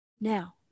Now